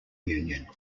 union